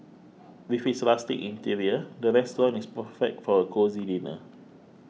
with its rustic interior the restaurant is perfect for a cosy dinner